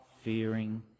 fearing